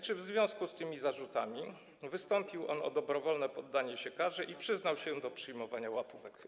Czy w związku z tymi zarzutami wystąpił on o dobrowolne poddanie się karze oraz przyznał się do przyjmowania łapówek?